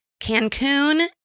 Cancun